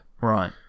Right